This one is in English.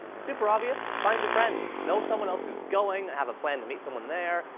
super obvious, find a friend. know someone else who's going, have a plan to meet someone there,